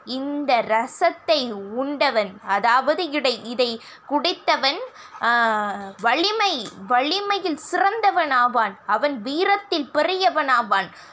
இந்த ரசத்தை உண்டவன் அதாவது இடை இதை குடித்தவன் வலிமை வலிமையில் சிறந்தவன் ஆவான் அவன் வீரத்தில் பெரியவன் ஆவான்